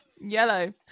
yellow